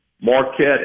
Marquette